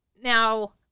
Now